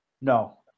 No